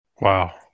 wow